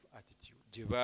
attitude